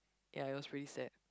ya it was pretty sad